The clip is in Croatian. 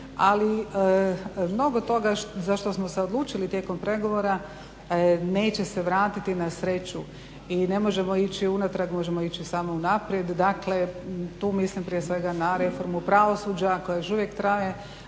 ali mnogo toga za što smo se odlučili tijekom pregovora neće se vratiti na sreću i ne možemo ići unatrag, možemo ići samo unaprijed. Dakle, tu mislim prije svega na reformu pravosuđa koja još uvijek traje,